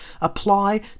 apply